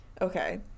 Okay